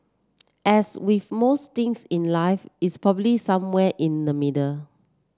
as with most things in life it's probably somewhere in the middle